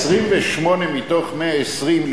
28 מתוך 120,